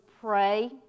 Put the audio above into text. pray